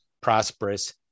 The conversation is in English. prosperous